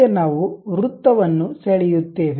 ಈಗ ನಾವು ವೃತ್ತವನ್ನು ಸೆಳೆಯುತ್ತೇವೆ